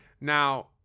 Now